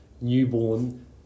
newborn